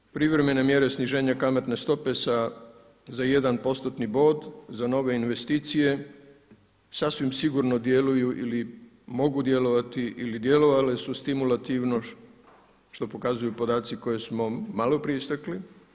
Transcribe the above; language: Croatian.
Dakle privremene mjere sniženja kamatne stope sa za 1%-tni bod, za nove investicije sasvim sigurno djeluju ili mogu djelovati ili djelovale su stimulativno što pokazuju podaci koje smo malo prije stekli.